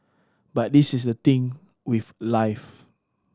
but this is the thing with life